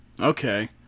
Okay